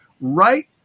right